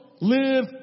live